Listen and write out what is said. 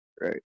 Right